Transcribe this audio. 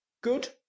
good